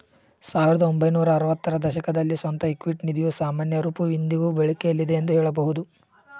ಸಾವಿರದ ಒಂಬೈನೂರ ಆರವತ್ತ ರ ದಶಕದಲ್ಲಿ ಸ್ವಂತ ಇಕ್ವಿಟಿ ನಿಧಿಯ ಸಾಮಾನ್ಯ ರೂಪವು ಇಂದಿಗೂ ಬಳಕೆಯಲ್ಲಿದೆ ಎಂದು ಹೇಳಬಹುದು